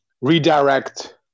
redirect